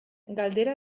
galdera